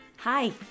Hi